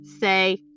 say